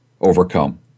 overcome